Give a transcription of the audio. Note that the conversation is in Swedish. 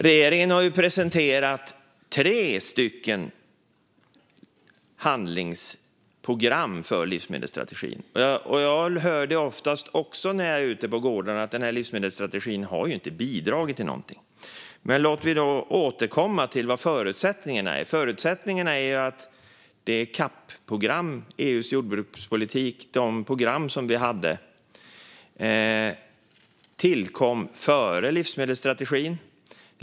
Regeringen har presenterat tre handlingsprogram för livsmedelsstrategin. Även jag hör när jag är ute på gårdar att livsmedelsstrategin inte har bidragit till någonting. Men låt mig då återkomma till vad förutsättningarna är. Förutsättningarna är att EU:s jordbrukspolitik och de CAP-program som vi hade tillkom före livsmedelsstrategin.